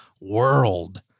World